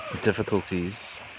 difficulties